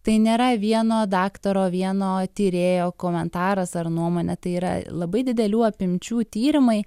tai nėra vieno daktaro vieno tyrėjo komentaras ar nuomonė tai yra labai didelių apimčių tyrimai